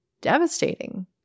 devastating